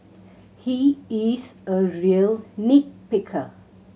he is a real nit picker